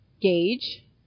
gauge